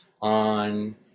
on